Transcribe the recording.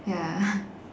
ya